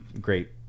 great